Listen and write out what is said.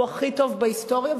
הוא הכי טוב בהיסטוריה,